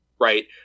right